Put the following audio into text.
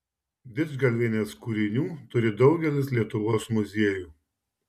didžgalvienės kūrinių turi daugelis lietuvos muziejų